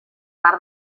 mar